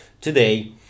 today